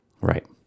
Right